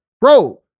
Bro